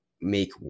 make